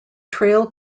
trail